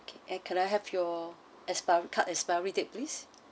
okay and can I have your expiry card expiry date please